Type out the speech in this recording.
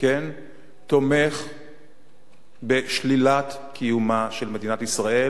תומך בשלילת קיומה של מדינת ישראל,